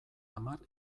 hamar